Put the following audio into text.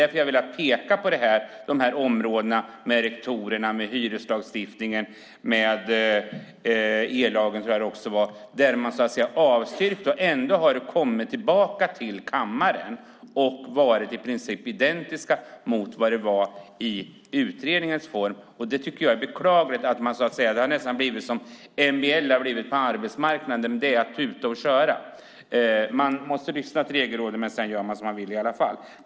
Därför ville jag peka på förslagen med rektorerna, hyreslagstiftningen och ellagen som avstyrktes men ändå kom tillbaka till kammaren i nästan samma form som i utredningen. Det är beklagligt. Det har nästan blivit som med MBL på arbetsmarknaden; det är bara att tuta och köra. Man måste lyssna till Regelrådet, men sedan gör man som man vill i alla fall.